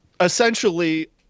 essentially